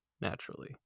naturally